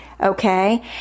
Okay